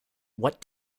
what